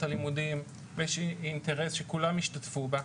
הלימודים ויש אינטרס שכולם ישתתפו בה.